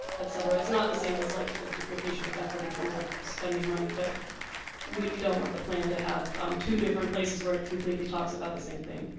et cetera, it's not the same as like duplication of effort in terms of spending money but we don't want the plan to have two different places where it completely talks about the same thing.